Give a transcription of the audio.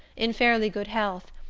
in fairly good health,